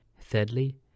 Thirdly